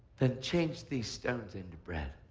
then change these stones into bread.